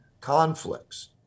conflicts